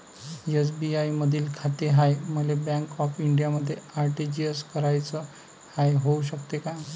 SBI मधी खाते हाय, मले बँक ऑफ इंडियामध्ये आर.टी.जी.एस कराच हाय, होऊ शकते का?